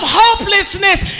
hopelessness